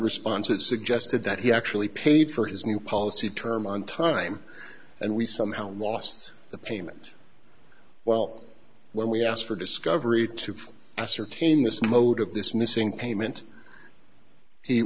response that suggested that he actually paid for his new policy term on time and we somehow lost the payment well when we asked for discovery to ascertain this mode of this missing payment he